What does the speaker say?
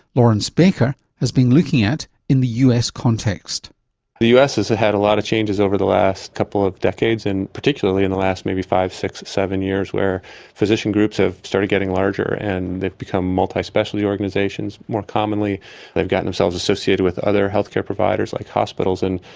laurence baker, has been looking at in the us context the us has had a lot of changes over the last couple of decades, and particularly in the last maybe five, six or seven years where physician groups have started getting larger and they've become multi-specialty organisations. more commonly they've gotten themselves associated with other healthcare providers like hospitals and.